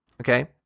okay